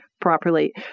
properly